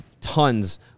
tons